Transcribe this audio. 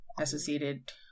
associated